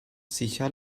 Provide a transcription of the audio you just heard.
sicher